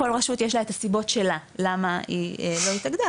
כל רשות יש לה את הסיבות שלה למה היא לא התאגדה,